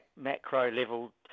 macro-level